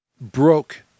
broke